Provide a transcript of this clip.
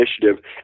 initiative